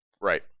Right